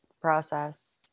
process